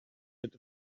that